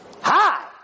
Hi